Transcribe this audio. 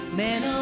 man